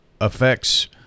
affects